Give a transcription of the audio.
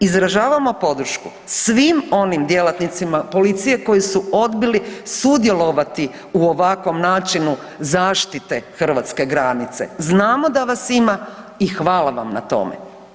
Izražavamo podršku svim onim djelatnicima policije koji su odbili sudjelovati u ovakvom načinu zaštite hrvatske granice, znamo da vas ima i hvala vam na tome.